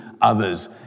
others